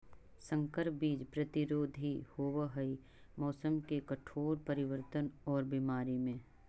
संकर बीज प्रतिरोधी होव हई मौसम के कठोर परिवर्तन और बीमारी में